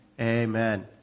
Amen